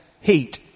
heat